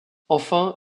enfin